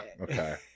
okay